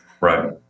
right